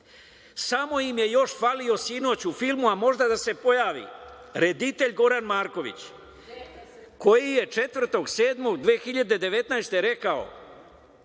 im je još falio sinoć u filmu, a možda se pojavi, reditelj Goran Marković, koji je 4.7.2019.